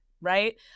right